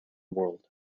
world